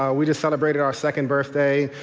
um we just celebrated our second birthday,